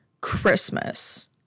Christmas